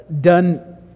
done